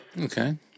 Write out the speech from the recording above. okay